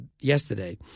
yesterday